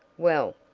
well,